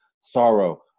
sorrow